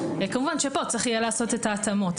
כמובן שפה צריך יהיה לעשות את ההתאמות.